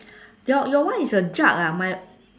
your your one is a jug ah my